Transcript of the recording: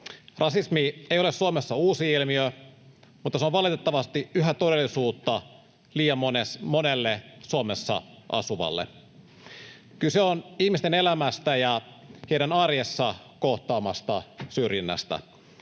Rasismi ei ole Suomessa uusi ilmiö, mutta se on valitettavasti yhä todellisuutta liian monelle Suomessa asuvalle. Kyse on ihmisten elämästä ja heidän arjessa kohtaamastaan syrjinnästä